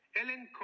Ellen